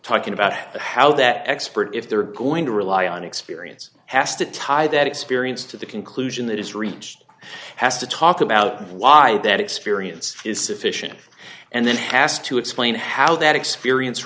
talking about how that expert if they're going to rely on experience has to tie that experience to the conclusion that is reached has to talk about why that experience is sufficient and then has to explain how that experience